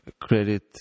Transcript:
credit